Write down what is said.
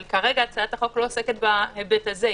אבל כרגע הצעת החוק לא עוסקת בהיבט הזה,